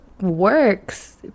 works